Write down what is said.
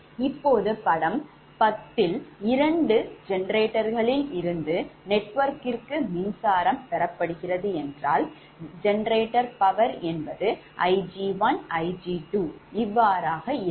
இப்போது படம் 10 யில் இரண்டு ஜெனரேட்டர்களில் இருந்து நெட்வொர்க்குக்கு மின்சாரம் பெறப்படுகிறது என்றால் generator power என்பது 𝐼𝑔1 𝐼𝑔2 இவ்வாறாக இருக்கும்